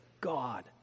God